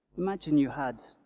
imagine you had